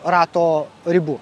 rato ribų